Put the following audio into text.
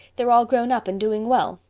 they're all grown up and doing well.